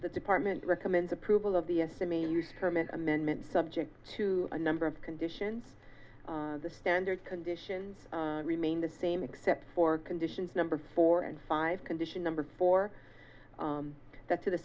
the department recommends approval of the estimated use permit amendment subject to a number of conditions the standard conditions remain the same except for conditions number four and five condition number for that to the